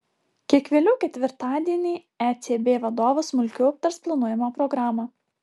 kiek vėliau ketvirtadienį ecb vadovas smulkiau aptars planuojamą programą